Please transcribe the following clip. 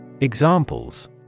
Examples